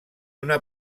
una